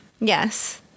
Yes